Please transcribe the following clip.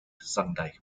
sunday